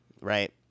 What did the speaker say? Right